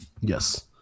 Yes